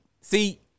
see